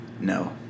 No